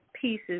pieces